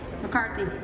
McCarthy